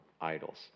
idols